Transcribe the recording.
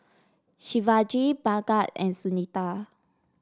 Shivaji Bhagat and Sunita